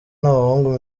n’abahungu